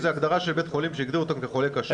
זאת הגדרה של בית חולים שהגדיר אותם כחולה קשה,